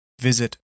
visit